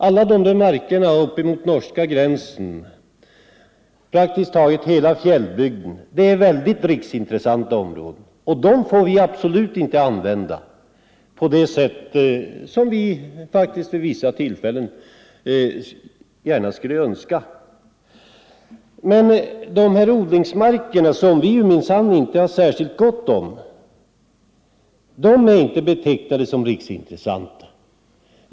Alla markerna upp emot norska gränsen, praktiskt taget hela fjällbygden, är riksintressant område, som absolut inte får användas på det sätt som vi faktiskt vid vissa tillfällen skulle önska. Men odlingsmarkerna, som vi minsann inte har särskilt gott om, betecknas inte som riksintressanta.